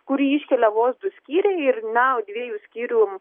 kurį iškelia vos du skyriai ir na o dviejų skyrių